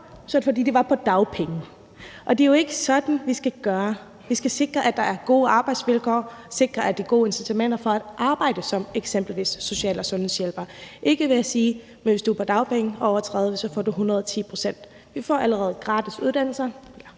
er svaret, at de er på dagpenge. Det er jo ikke sådan, vi skal gøre. Vi skal sikre, at der er gode arbejdsvilkår, sikre, at der er gode incitamenter for at arbejde som eksempelvis social- og sundhedshjælper, og det gør vi ikke ved at sige, at hvis du er på dagpenge og over 30 år, får du 110 pct. Vi får allerede skattefinansierede